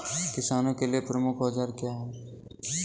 किसानों के लिए प्रमुख औजार क्या हैं?